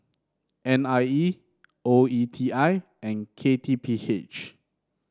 N I E O E T I and K T P H